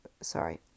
sorry